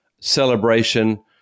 celebration